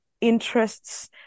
interests